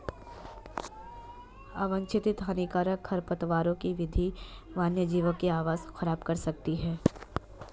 अवांछित हानिकारक खरपतवारों की वृद्धि वन्यजीवों के आवास को ख़राब कर सकती है